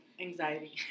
anxiety